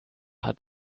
hat